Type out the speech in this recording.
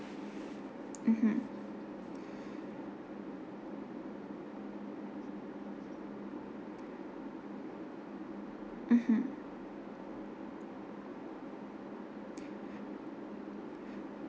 mmhmm mmhmm